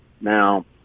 now